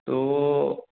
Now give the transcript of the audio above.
ত'